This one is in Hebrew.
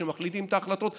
וכשמחליטים את ההחלטות הן,